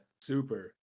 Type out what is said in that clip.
Super